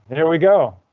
here we go.